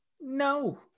No